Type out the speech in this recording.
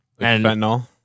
fentanyl